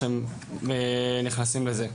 כשהם נכנסים לזה.